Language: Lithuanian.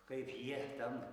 kaip jie ten